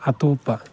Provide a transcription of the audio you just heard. ꯑꯇꯣꯞꯄ